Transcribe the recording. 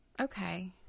Okay